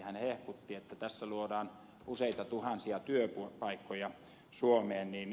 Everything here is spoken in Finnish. hän hehkutti että tässä luodaan useita tuhansia työpaikkoja suomeen